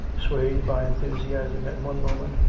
swayed by enthusiasm at one moment,